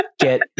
get